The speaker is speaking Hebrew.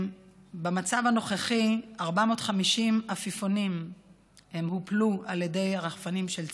במצב הנוכחי 450 עפיפונים הופלו על ידי הרחפנים של צה"ל,